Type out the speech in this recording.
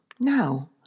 Now